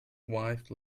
wife